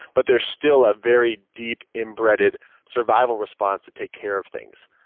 but there's still a very deep inbred-ed survival response to take care of things.